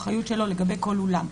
האחריות שלו לגבי כל אולם.